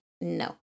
No